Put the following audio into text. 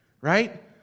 right